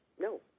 no